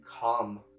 come